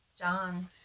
John